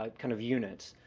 um kind of units,